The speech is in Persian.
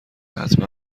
حتما